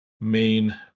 main